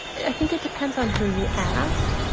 i think it depends on who you ask.